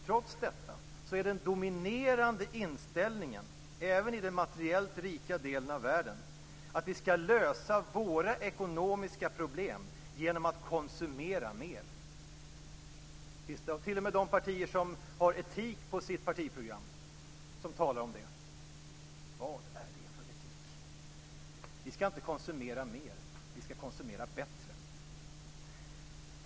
Trots detta är den dominerande inställningen, även i den materiellt rika delen av världen, att vi skall lösa våra ekonomiska problem genom att konsumera mer. Det finns t.o.m. de partier som har etik på sitt partiprogram och som talar om det. Vad är det för etik? Vi skall inte konsumera mer, vi skall konsumera bättre!